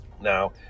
now